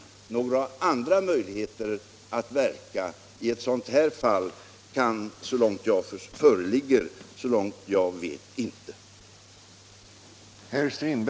Några andra möjligheter att verka i ett sådant fall föreligger såvitt jag vet tyvärr inte.